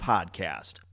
Podcast